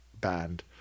band